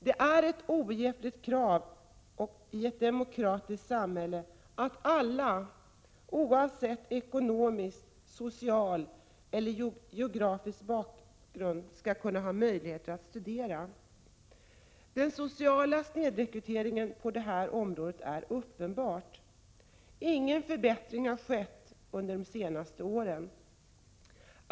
Det är ett oeftergivligt krav i ett demokratiskt samhälle att alla, oavsett ekonomisk, social eller geografisk bakgrund, skall ha möjlighet att studera. Den sociala snedrekryteringen på detta område är uppenbar. Ingen förbättring har skett under de senaste åren.